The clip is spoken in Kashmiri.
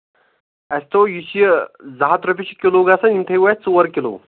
اَسہِ دوٚپ یہِ چھِ زٕ ہَتھ رۄپیہِ چھِ کِلوٗ گژھان یِم تھٲیوُ اَسہِ ژور کِلوٗ